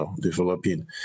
developing